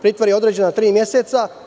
Pritvor je određen na tri meseca.